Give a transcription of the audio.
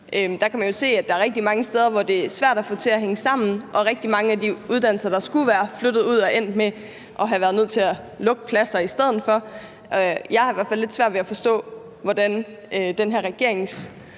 Man kan jo se, at det rigtig mange steder er svært at få det til at hænge sammen, og rigtig mange af de uddannelser, der skulle være flyttet ud, er endt med at have været nødt til at lukke pladser i stedet for. Jeg har i hvert fald lidt svært ved at forstå, hvorfor den her regerings